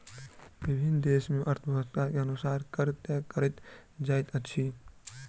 विभिन्न देस मे अर्थव्यवस्था के अनुसार कर तय कयल जाइत अछि